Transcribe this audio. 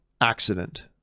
accident